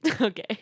Okay